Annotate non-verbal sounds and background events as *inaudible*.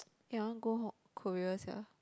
*noise* eh I want go Korea sia